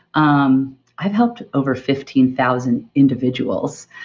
um i've helped over fifteen thousand individuals.